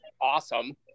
awesome